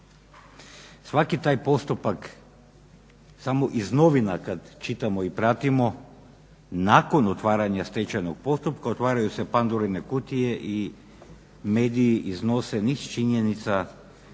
Svaki taj postupak samo iz novina kad čitamo i pratimo nakon otvaranja stečajnog postupka otvaraju se Pandorine kutije i mediji iznose niz činjenica,